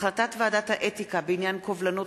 החלטת ועדת האתיקה בעניין קובלנות